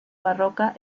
barroca